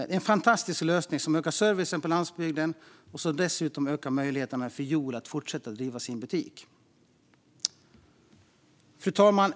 Det är en fantastisk lösning som ökar servicen på landsbygden och som dessutom ökar möjligheterna för Joel att fortsätta driva butik. Fru talman!